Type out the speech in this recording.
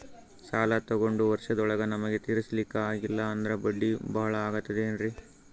ಸಾಲ ತೊಗೊಂಡು ವರ್ಷದೋಳಗ ನಮಗೆ ತೀರಿಸ್ಲಿಕಾ ಆಗಿಲ್ಲಾ ಅಂದ್ರ ಬಡ್ಡಿ ಬಹಳಾ ಆಗತಿರೆನ್ರಿ?